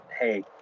hey